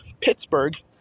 Pittsburgh